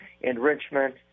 Enrichment